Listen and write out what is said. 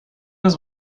was